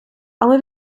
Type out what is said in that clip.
але